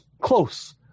close